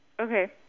Okay